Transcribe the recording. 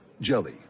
Jelly